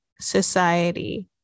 society